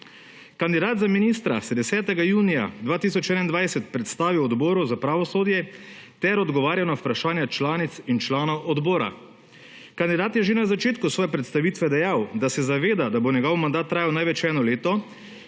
Kandidat za ministra se je 10. junija 2021 predstavil Odboru za pravosodje ter odgovarjal na vprašanja članic in članov. Kandidat je že na začetku svoje predstavitve dejal, da se zaveda, da bo njegov mandat trajal največ eno leto